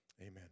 Amen